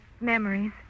memories